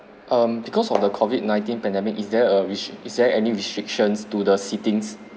um because of the COVID nineteen pandemic is there a res~ is there any restrictions to the seatings